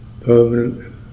permanent